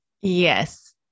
Yes